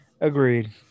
Agreed